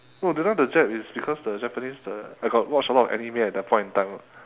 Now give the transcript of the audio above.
no that time the jap is because the japanese the I got watch a lot of anime at that point in time [what]